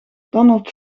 donald